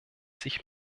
sich